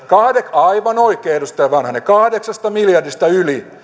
aivan oikein edustaja vanhanen yli kahdeksasta miljardista